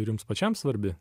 ir jums pačiam svarbi